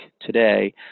today